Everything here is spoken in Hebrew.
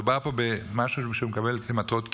זה בא פה במשהו שהוא מקבל למטרות קיום,